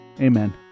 amen